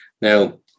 Now